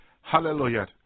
Hallelujah